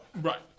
Right